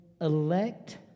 elect